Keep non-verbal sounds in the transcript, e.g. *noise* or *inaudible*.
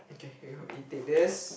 okay *breath* you take this